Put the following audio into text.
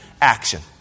Action